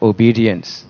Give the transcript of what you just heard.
Obedience